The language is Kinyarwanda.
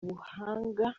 buhanga